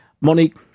Monique